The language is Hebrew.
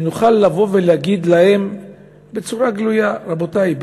שנוכל לבוא ולהגיד להם בצורה גלויה: רבותי,